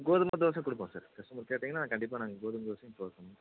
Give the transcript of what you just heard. கோதுமை தோசை கொடுப்போம் sir customer கேட்டீங்கன்னால் நாங்கள் கண்டிப்பாக நாங்கள் கோதுமை தோசை கொடுபோம்